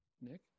Nick